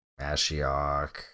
Ashiok